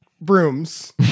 Brooms